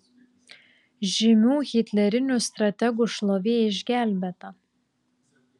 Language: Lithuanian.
žymių hitlerinių strategų šlovė išgelbėta